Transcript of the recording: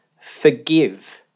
Forgive